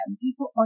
people